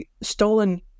stolen